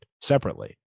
separately